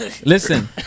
listen